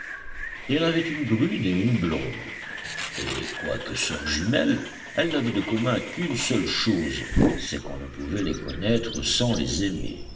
il y en avait une brune et une blonde et quoique sœurs jumelles elles n'avaient de commun qu'une seule chose c'est qu'on ne pouvait les connaître sans les aimer